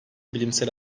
bilimsel